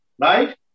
Right